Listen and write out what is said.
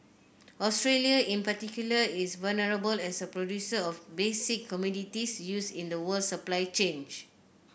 Australia in particular is vulnerable as a producer of basic commodities used in the world supply chain